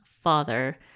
father